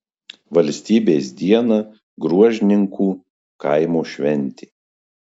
valstybės dieną gruožninkų kaimo šventė